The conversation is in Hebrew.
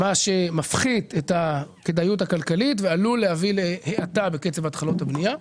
מה שמפחית את הכדאיות הכלכלית ועלול להביא להאטה בקצב התחלות הבנייה.